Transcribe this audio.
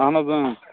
اَہَن حظ